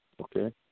okay